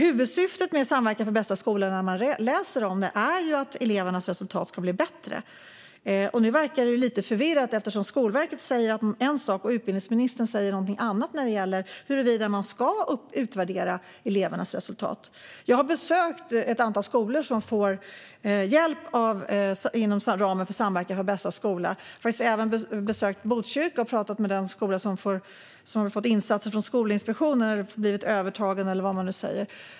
Huvudsyftet med Samverkan för bästa skola är ju att elevernas resultat ska bli bättre. Nu verkar det lite förvirrat eftersom Skolverket säger en sak och utbildningsministern en annan när det gäller huruvida man ska utvärdera elevernas resultat. Jag har besökt ett antal skolor som får hjälp inom ramen för Samverkan för bästa skola. Jag har faktiskt även besökt Botkyrka och pratat med den skola som fått insatser från Skolinspektionen - blivit övertagen eller vad man nu säger.